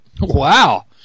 Wow